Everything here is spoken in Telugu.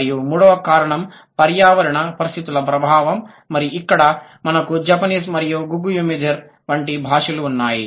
మరియు మూడవ కారణం పర్యావరణ పరిస్థితుల ప్రభావం మరి ఇక్కడ మనకు జపనీస్ మరియు గుగు యిమిధీర్ వంటి భాషలు ఉన్నాయి